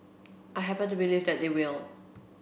I happen to believe that they will